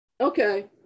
Okay